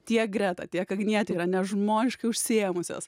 tiek greta tiek agnietė yra nežmoniškai užsiėmusios